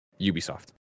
ubisoft